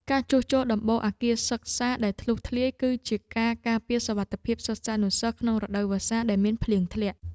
ការជួសជុលដំបូលអគារសិក្សាដែលធ្លុះធ្លាយ គឺជាការការពារសុវត្ថិភាពសិស្សានុសិស្សក្នុងរដូវវស្សាដែលមានភ្លៀងធ្លាក់។